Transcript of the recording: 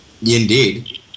Indeed